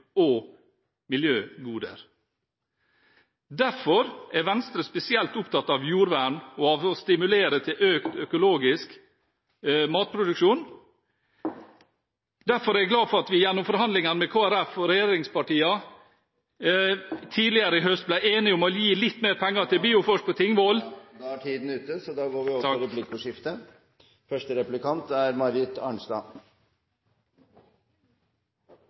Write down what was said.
og miljøgoder. Derfor er Venstre spesielt opptatt av jordvern, og av å stimulere til økt økologisk matproduksjon . Derfor er jeg glad for at vi gjennom forhandlingene med Kristelig Folkeparti og regjeringspartiene tidligere i høst ble enige om å gi litt mer penger til Bioforsk på Tingvoll Tiden er ute,